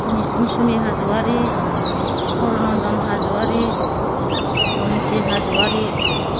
Mousumi Hajowari Harnandan Hajowari Dondi Hajowary